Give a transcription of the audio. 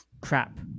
Crap